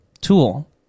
tool